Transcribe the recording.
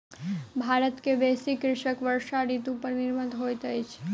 भारत के बेसी कृषक वर्षा ऋतू पर निर्भर होइत अछि